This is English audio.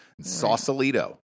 Sausalito